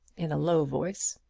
in a low voice.